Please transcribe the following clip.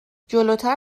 جلوتر